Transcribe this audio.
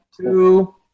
two